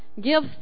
give